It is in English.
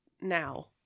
now